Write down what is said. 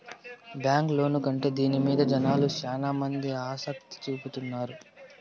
bank loan కంటే దీని మీద జనాలు శ్యానా మంది ఆసక్తి చూపుతున్నారు